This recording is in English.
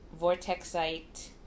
Vortexite